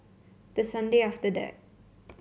the Sunday after that